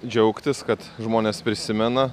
džiaugtis kad žmonės prisimena